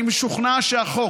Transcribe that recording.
אני משוכנע שהחוק,